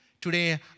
Today